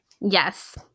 Yes